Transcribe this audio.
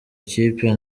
ikipe